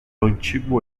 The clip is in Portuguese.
antigo